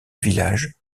village